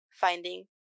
finding